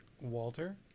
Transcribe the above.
Walter